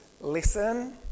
listen